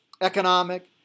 economic